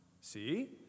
See